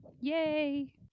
Yay